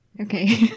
Okay